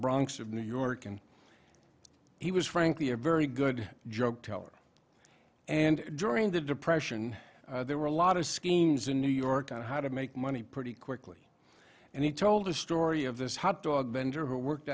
bronx of new york and he was frankly a very good joke teller and during the depression there were a lot of schemes in new york on how to make money pretty quickly and he told a story of this hot dog vendor who worked